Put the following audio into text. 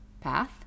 path